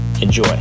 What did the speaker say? Enjoy